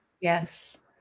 Yes